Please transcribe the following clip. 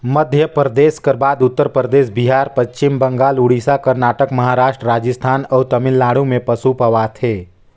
मध्यपरदेस कर बाद उत्तर परदेस, बिहार, पच्छिम बंगाल, उड़ीसा, करनाटक, महारास्ट, राजिस्थान अउ तमिलनाडु में पसु पवाथे